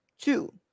two